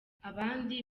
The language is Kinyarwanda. abandi